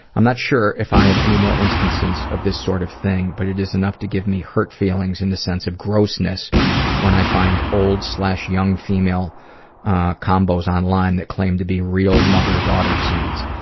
i'm not sure if i have any more instances of this sort of thing, but it is enough to give me hurt feelings and a sense of grossness when i find old young female combos online that claim to be real mother-daughter scenes.